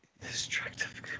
destructive